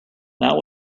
not